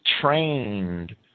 trained